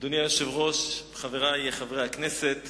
רלוונטי, ואני רוצה